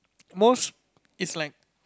most is like